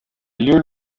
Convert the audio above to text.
lieu